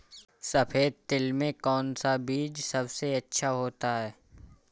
सफेद तिल में कौन सा बीज सबसे अच्छा होता है?